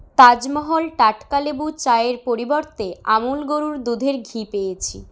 তাজ মহল টাটকা লেবু চায়ের পরিবর্তে আমুল গরুর দুধের ঘি পেয়েছি